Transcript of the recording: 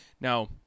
now